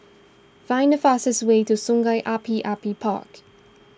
find the fastest way to Sungei Api Api Park